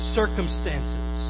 circumstances